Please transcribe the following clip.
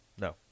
no